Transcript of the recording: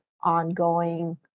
ongoing